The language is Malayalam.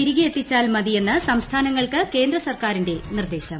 തിരികെയെത്തിച്ചാൽ മതിയെന്ന് സംസ്ഥാനങ്ങൾക്ക് കേന്ദ്രസർക്കാരിന്റെ നിർദേശം